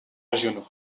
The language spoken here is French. régionaux